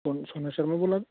कौन सोना शर्मा बोला दे